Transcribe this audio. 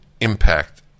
impact